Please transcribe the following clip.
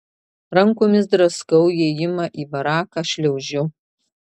rankomis draskau įėjimą į baraką šliaužiu